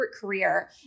career